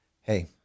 hey